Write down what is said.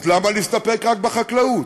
אז למה להסתפק רק בחקלאות?